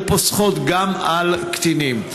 לא פוסחות גם על קטינים.